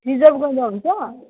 reserve गर्दा हुन्छ